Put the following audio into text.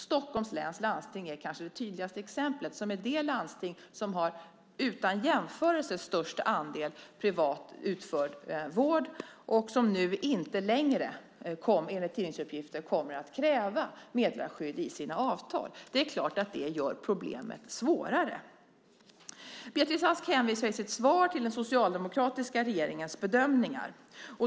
Stockholms läns landsting är kanske det tydligaste exemplet, då det är det landsting som har utan jämförelse störst andel privat utförd vård och som nu inte längre, enligt tidningsuppgifter, kommer att kräva meddelarskydd i sina avtal. Det är klart att det gör problemet svårare. Beatrice Ask hänvisar i sitt svar till den socialdemokratiska regeringens bedömningar.